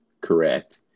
Correct